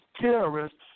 terrorists